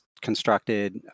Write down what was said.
constructed